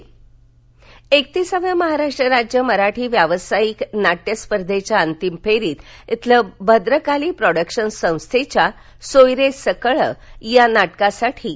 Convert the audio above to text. सोयरे सकळ एकतिसाव्या महाराष्ट्र राज्य मराठी व्यावसायिक नाट्यस्पर्धेच्या अंतिम फेरीत येथील भद्रकाली प्रॉडक्शन संस्थेच्या सोयरे सकळ या नाटकासाठी रु